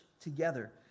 together